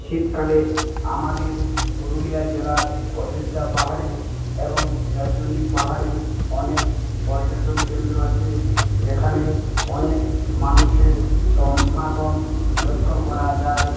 শীতকালে আমাদের পুরুলিয়া জেলার অযোধ্যা পাহাড়ে এবং জয়চণ্ডী পাহাড়ে অনেক পর্যটন কেন্দ্র আছে যেখানে অনেক মানুষের সমাগম লক্ষ্য করা যায়